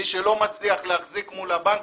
ומי שלא מצליח להחזיק מול הבנק,